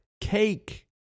cake